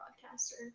broadcaster